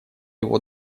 его